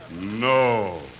No